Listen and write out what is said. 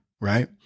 right